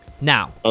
Now